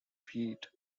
feat